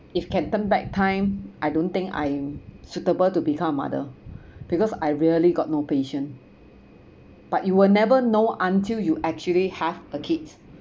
if can turn back time I don't think I'm suitable to become a mother because I really got no patience but you will never know until you actually have the kids